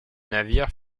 navire